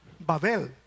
Babel